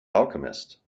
alchemist